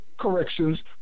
Corrections